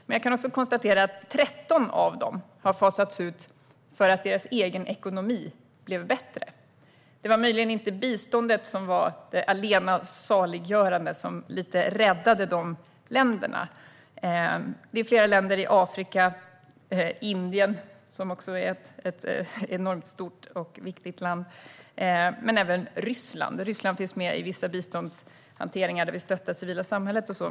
Men jag kan också konstatera att 13 av dem har fasats ut därför att deras egen ekonomi blivit bättre, och det var möjligen inte biståndet som var allena saliggörande och lite grann räddade dessa länder. Det gäller flera länder i Afrika och Indien, som är ett enormt stort och viktigt land, men även Ryssland. Ryssland finns med i vissa biståndshanteringar där vi stöttar det civila samhället.